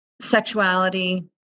sexuality